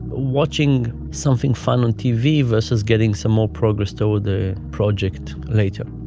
watching something fun on tv versus getting some more progress, though, the project later.